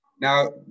Now